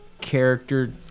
character